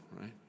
right